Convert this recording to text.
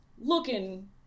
looking